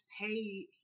pay